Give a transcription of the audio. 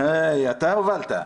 אתה הובלת.